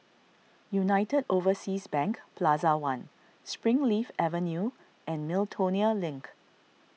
United Overseas Bank Plaza one Springleaf Avenue and Miltonia Link